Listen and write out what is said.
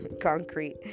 concrete